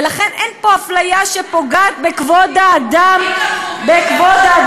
ולכן אין פה אפליה שפוגעת בכבוד האדם וחירותו.